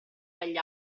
dagli